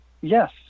yes